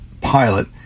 pilot